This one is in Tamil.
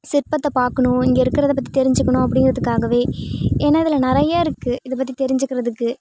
சிற்பத்தை பார்க்குணும் இங்கே இருக்கிறத பற்றி தெரிஞ்சிக்கணும் அப்படிங்கிறதுக்காவே ஏன்னா இதில் நிறையா இருக்குது இதை பற்றி தெரிஞ்சிக்கிறதுக்கு